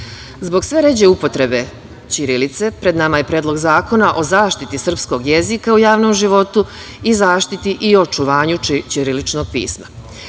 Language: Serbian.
sve ređe upotrebe ćirilice pred nama je Predlog zakona o zaštiti srpskog jezika u javnom životu i zaštiti i očuvanju ćiriličnog